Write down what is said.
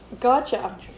gotcha